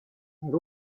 por